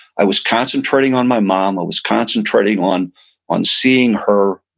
i was concentrating on my mom. i was concentrating on on seeing her,